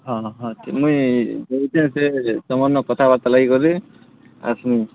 ହଁ ହଁ ମୁଇଁ ଯଉଚେଁ ସେ ତମର୍ନେ କଥାବାର୍ତ୍ତା ଲାଗିକରି ଆସ୍ମି